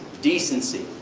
decency.